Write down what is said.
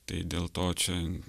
tai dėl to čia